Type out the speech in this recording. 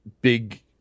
big